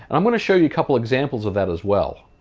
and i'm going to show you a couple examples of that as well.